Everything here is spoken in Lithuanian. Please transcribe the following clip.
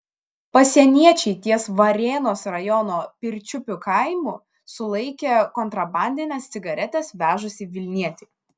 pasieniečiai ties varėnos rajono pirčiupių kaimu sulaikė kontrabandines cigaretes vežusį vilnietį